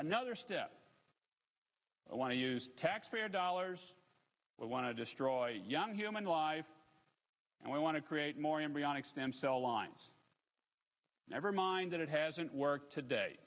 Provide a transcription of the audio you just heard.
another step i want to use taxpayer dollars i want to destroy young human life and i want to create more embryonic stem cell lines never mind that it hasn't worked today